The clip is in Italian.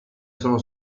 sono